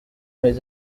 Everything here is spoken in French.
devant